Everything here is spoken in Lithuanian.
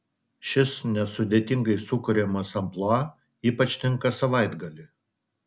šis nesudėtingai sukuriamas amplua ypač tinka savaitgaliui